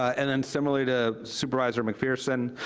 and then similarly to supervisor mcpherson,